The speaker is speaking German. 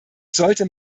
sollte